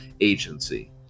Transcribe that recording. agency